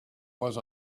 was